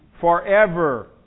forever